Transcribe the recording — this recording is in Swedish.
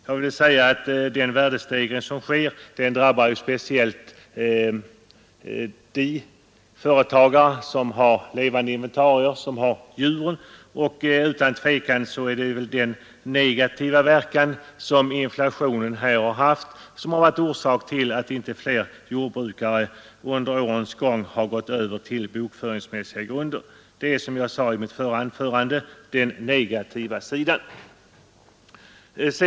Jag vill säga att beskattningen av den värdestegring som sker drabbar speciellt de företagare vilka har levande inventarier - djur. Utan tvivel har den negativa verkan som inflationen här haft varit orsak till att inte fler jordbrukare under årens lopp har gått över till bokföringsmässiga grunder. Det är, som jag sade i mitt förra anförande, den negativa sidan.